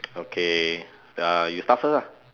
okay err you start first ah